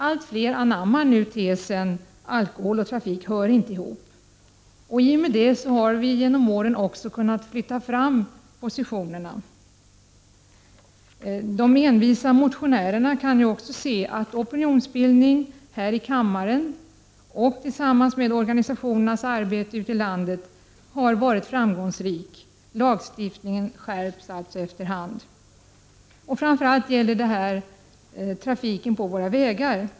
Allt fler anammar nu tesen ”alkohol och trafik hör inte ihop”. I och med detta har vi genom åren kunnat flytta fram positionerna. De envisa motionärerna kan se att opinionsbildning här i kammaren och organisationernas arbete ute i landet har varit framgångsrika. Lagstiftningen skärps efter hand. Framför allt gäller detta trafiken på våra vägar.